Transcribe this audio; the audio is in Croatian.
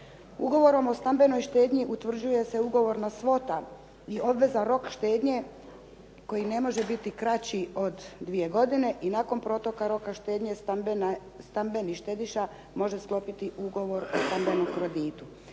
Ugovorom o stambenoj štednji utvrđuje se ugovorna svota i obveza rok štednje koji ne može biti kraći od dvije godine i nakon protoka roka štednje stambeni štediša može sklopiti ugovor o stambenom kreditu.